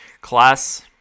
class